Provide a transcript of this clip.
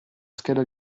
scheda